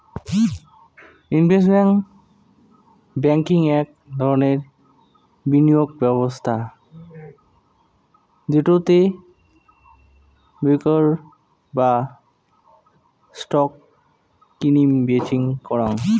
investment banking আক ধরণের বিনিয়োগ ব্যবস্থা যেটো তে ব্রোকার রা স্টক কিনিম বেচিম করাং